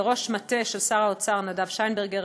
לראש המטה של שר האוצר נדב שיינברגר,